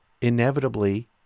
inevitably